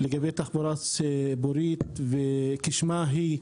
תחבורה ציבורית, כשמה כן היא,